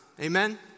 Amen